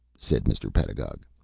said mr. pedagog.